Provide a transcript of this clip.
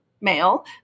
male